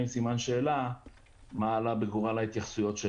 בסימן שאלה מה עלה בגורל ההתייחסויות.